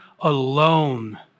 alone